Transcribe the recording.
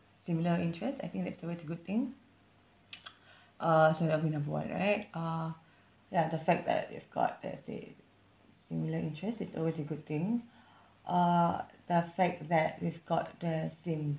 similar interest I think that's always a good thing uh so that'll be number one right uh ya the fact that we've got let's say similar interest it's always a good thing uh the fact that we've got the same